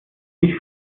sich